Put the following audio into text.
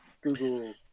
Google